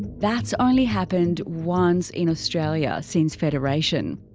that's only happened once in australia since federation.